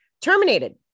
terminated